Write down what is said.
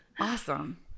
Awesome